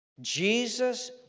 Jesus